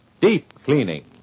deep-cleaning